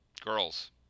girls